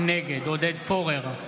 נגד עודד פורר,